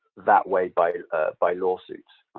that way by by lawsuits.